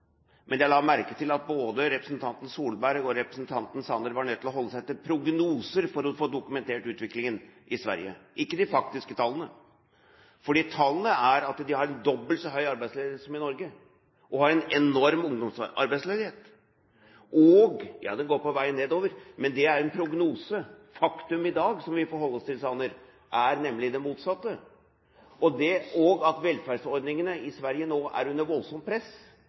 men jeg la merke til at både representanten Solberg og representanten Sanner var nødt til å holde seg til prognoser for å få dokumentert utviklingen i Sverige, ikke de faktiske tallene. For tallene viser at de har dobbelt så høy arbeidsledighet som i Norge, og har en enorm ungdomsarbeidsledighet. Den er på vei ned. Ja, den er på vei nedover, men det er en prognose. Faktum i dag, som vi får holde oss til, Sanner, er nemlig det motsatte, at velferdsordningene i Sverige nå er under voldsomt press